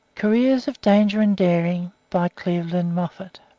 careers of danger and daring by cleveland moffett